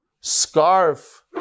scarf